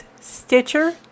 Stitcher